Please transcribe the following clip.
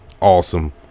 awesome